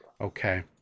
Okay